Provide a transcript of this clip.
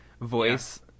voice